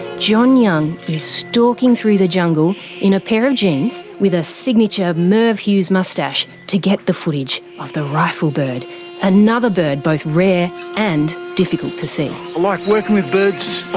john young is stalking through the jungle in a pair of jeans with a signature merv hughes moustache to get the footage of the rifle bird another bird both rare and difficult to see. i like working with birds,